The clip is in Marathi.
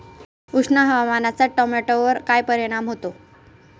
उष्ण हवामानाचा टोमॅटोवर काय परिणाम होतो?